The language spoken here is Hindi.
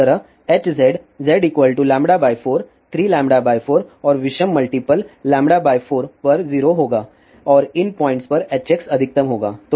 इसी तरह Hz z 4 3λ 4 और विषम मल्टीप्ल 4 पर 0 होगा और इन पॉइंट पर Hx अधिकतम होगा